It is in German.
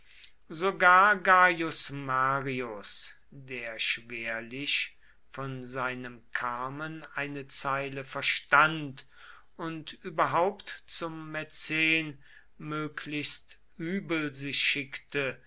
sogar gaius marius der schwerlich von seinem carmen eine zeile verstand und überhaupt zum mäzen möglichst übel sich schickte